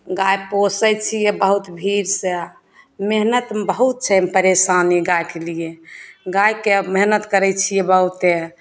गाय पोसय छियै बहुत भीरसँ मेहनतमे बहुत छै अइमे परेशानी गायके लिए गायके मेहनत करय छियै बहुते